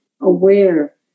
aware